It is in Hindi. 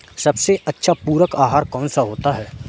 सबसे अच्छा पूरक आहार कौन सा होता है?